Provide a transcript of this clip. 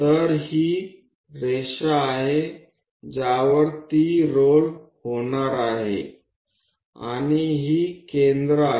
तर ही रेषा आहे ज्यावर ती रोल होणार आहे आणि ही केंद्रे आहेत